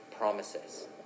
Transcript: promises